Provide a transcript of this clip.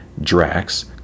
drax